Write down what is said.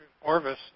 Orvis